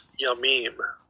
yamim